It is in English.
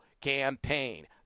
campaign